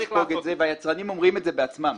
לספוג את זה והם אומרים זאת בעצמם.